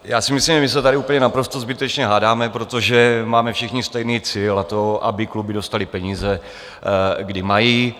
Já si myslím, že se tady úplně naprosto zbytečně hádáme, protože máme všichni stejný cíl, a to, aby kluby dostaly peníze, kdy mají.